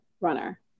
runner